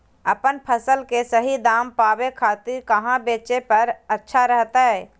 अपन फसल के सही दाम पावे खातिर कहां बेचे पर अच्छा रहतय?